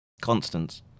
constants